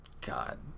God